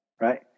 right